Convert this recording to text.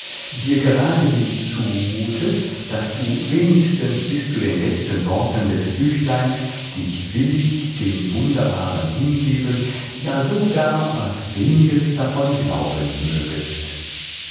dir geradehin zumutet daß du wenigstens bis zu den letzten worten des büchleins dich willig dem wunderbaren hingeben ja sogar was weniges davon glauben mögest